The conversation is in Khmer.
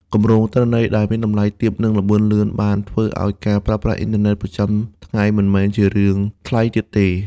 គម្រោងទិន្នន័យដែលមានតម្លៃទាប និងល្បឿនលឿន បានធ្វើឲ្យការប្រើប្រាស់អ៊ីនធឺណិតប្រចាំថ្ងៃមិនមែនជារឿងថ្លៃទៀតទេ។